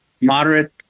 moderate